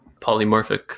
polymorphic